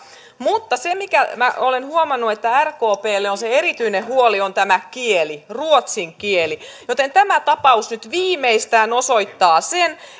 mutta se minkä minä olen huomannut on se että rkplle se erityinen huoli on tämä kieli ruotsin kieli ja tämä tapaus nyt viimeistään osoittaa sen